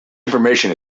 information